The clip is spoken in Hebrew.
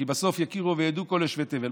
כי בסוף יכירו וידעו כל יושבי תבל,